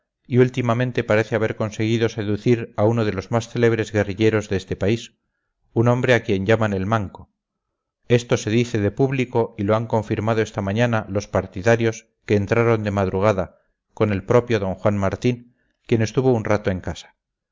y últimamente parece haber conseguido seducir a uno de los más célebres guerrilleros de este país un hombre a quien llaman el manco esto se dice de público y lo han confirmado esta mañana los partidarios que entraron de madrugada con el propio d juan martín quien estuvo un rato en casa